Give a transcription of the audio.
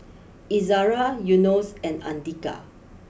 Izzara Yunos and Andika